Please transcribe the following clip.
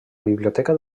biblioteca